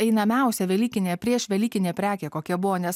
einamiausia velykinė priešvelykinė prekė kokia buvo nes